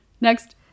Next